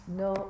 no